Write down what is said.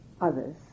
others